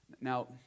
Now